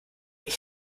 ich